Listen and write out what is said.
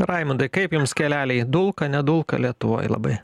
raimundai kaip jums keleliai dulka nedulka lietuvoj labai